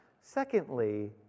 Secondly